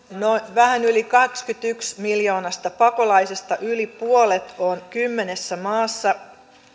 vähän yli kahdestakymmenestäyhdestä miljoonasta pakolaisesta yli puolet on kymmenessä maassa